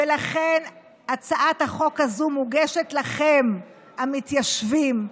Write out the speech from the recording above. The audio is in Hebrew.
לכן הצעת החוק הזו מוגשת לכם, המתיישבים,